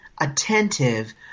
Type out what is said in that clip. attentive